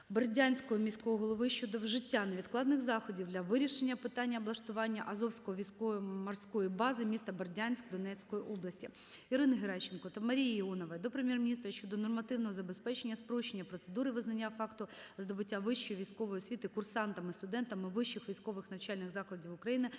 Бердянського міського голови щодо вжиття невідкладних заходів для вирішенні питання облаштування Азовської військо-морської бази (місто Бердянськ Донецької області). Ірини Геращенко та Марії Іонової до Прем'єр-міністра щодо нормативного забезпечення спрощення процедур визнання факту здобуття вищої військової освіти курсантами (студентами) вищих військових навчальних закладів України